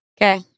Okay